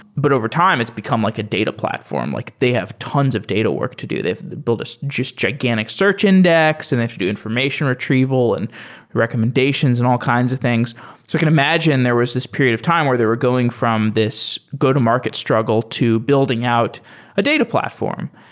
but overtime it's become like a data platform. like they have tons of data work to do. they have built just just gigantic search index and they have to do information retrieval and recommendations and all kinds of things. you can imagine, there was this period of time where they were going from this go-to-market struggle to building out a data platform.